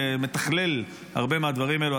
מתכלל הרבה מהדברים הללו,